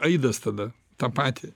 aidas tada tą patį